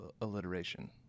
alliteration